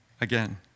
Again